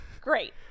Great